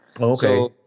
Okay